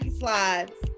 slides